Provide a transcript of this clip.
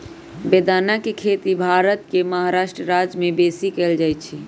बेदाना के खेती भारत के महाराष्ट्र राज्यमें बेशी कएल जाइ छइ